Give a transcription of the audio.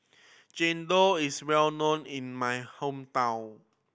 chendol is well known in my hometown